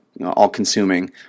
all-consuming